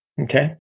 okay